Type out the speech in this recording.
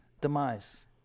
demise